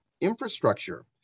infrastructure